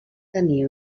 tenir